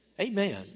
Amen